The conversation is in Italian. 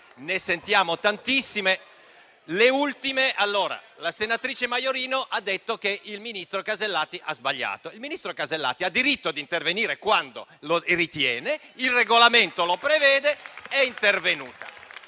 Quanto alle ultime, la senatrice Maiorino ha detto che il ministro Casellati ha sbagliato. Il ministro Casellati ha diritto di intervenire quando lo ritiene: il Regolamento lo prevede ed è quindi intervenuta.